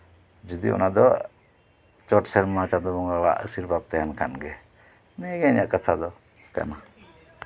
ᱡᱩᱫᱤᱭᱳ ᱚᱱᱟ ᱫᱚ ᱪᱚᱴ ᱥᱮᱨᱢᱟ ᱪᱟᱸᱫᱳ ᱵᱚᱸᱜᱟᱣᱟᱜ ᱟᱹᱥᱤᱨᱵᱟᱫᱽ ᱛᱟᱸᱦᱮᱱ ᱠᱷᱟᱱᱜᱮ ᱱᱤᱭᱟᱹᱜᱮ ᱤᱧᱟᱹᱜ ᱠᱟᱛᱷᱟ ᱫᱚ ᱠᱟᱱᱟ